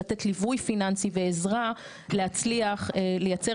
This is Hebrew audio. לתת ליווי פיננסי ועזרה להצליח לייצר